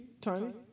Tiny